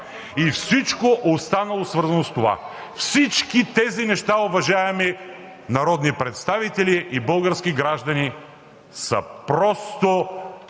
и всичко останало, свързано с това?! Всички тези неща, уважаеми народни представители и български граждани, са просто